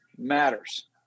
matters